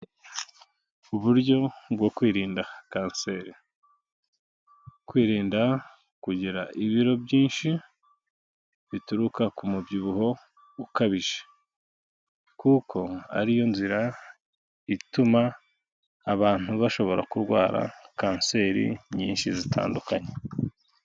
Uburyo bwo kwirinda kanseri. Kwirinda kugira ibiro byinshi bituruka ku mubyibuho ukabije, kuko ari yo nzira ituma abantu bashobora kurwara kanseri nyinshi zitandukanye.